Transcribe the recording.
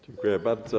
Dziękuję bardzo.